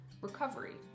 recovery